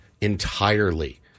entirely